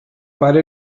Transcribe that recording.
pare